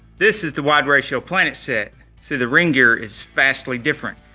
this is the wide ratio planet set. see the ring gear is vastly different.